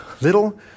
little